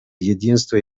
единство